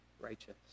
righteous